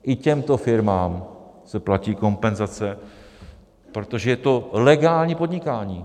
I těmto firmám se platí kompenzace, protože je to legální podnikání.